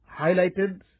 highlighted